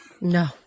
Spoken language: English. No